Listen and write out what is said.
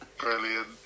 Brilliant